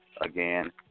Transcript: again